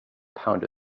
pound